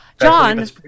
John